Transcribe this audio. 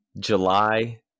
July